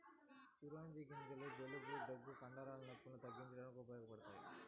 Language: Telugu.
చిరోంజి గింజలు జలుబు, దగ్గు, కండరాల నొప్పులను తగ్గించడానికి ఉపయోగపడతాయి